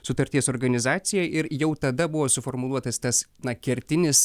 sutarties organizacija ir jau tada buvo suformuluotas tas na kertinis